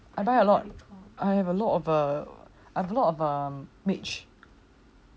I buy a lot I have a lot of a I have a lot of um mage